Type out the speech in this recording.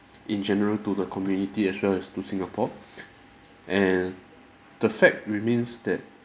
in general to the community as well as to singapore and the fact remains that